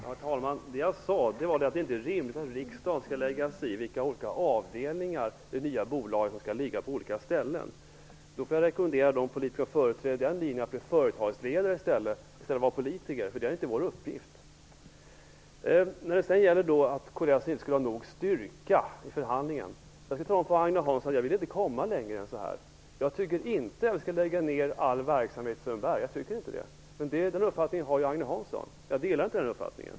Herr talman! Det jag sade var att det inte är rimligt att riksdagen skall lägga sig i vilka olika avdelningar av det nya bolaget som skall ligga på vilka ställen. Jag får rekommendera de politiker som företräder den linjen att bli företagsledare i stället för att vara politiker, för det är inte vår uppgift. Agne Hansson sade att kds inte skulle ha nog styrka i förhandlingen. Jag skall tala om för honom att jag inte vill komma längre än så här. Jag tycker inte att vi skall lägga ned all verksamhet i Sundbyberg, men den uppfattningen har ju Agne Hansson. Jag delar inte den uppfattningen.